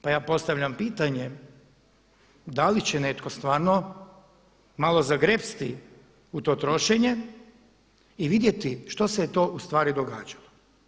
Pa ja postavljam pitanje da li će netko stvarno malo zagrepsti u to trošenje i vidjeti što se je to ustvari događalo.